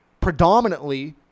predominantly